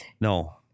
no